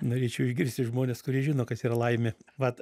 norėčiau išgirsti žmones kurie žino kas yra laimė vat